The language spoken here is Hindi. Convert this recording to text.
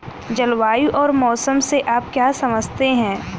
जलवायु और मौसम से आप क्या समझते हैं?